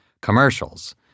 commercials